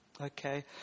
Okay